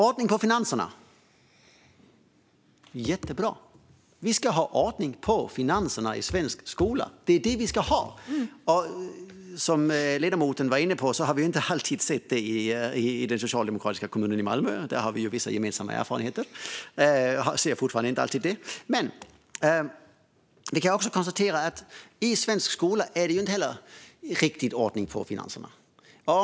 Ordning på finanserna är jättebra. Vi ska ha ordning på finanserna i svensk skola. Som ledamoten var inne på har vi inte alltid sett det i den socialdemokratiskt styrda kommunen Malmö - jag och ledamoten har ju vissa gemensamma erfarenheter därifrån - och ser fortfarande inte alltid det. Jag kan också konstatera att det inte riktigt är ordning på finanserna i svensk skola.